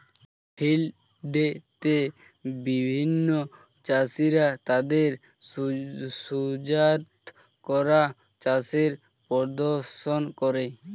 field day তে বিভিন্ন চাষীরা তাদের সুজাত করা চাষের প্রদর্শন করে